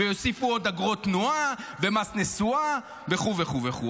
ויוסיפו עוד אגרות תנועה ומס נסועה וכו' וכו'.